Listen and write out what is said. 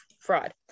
fraud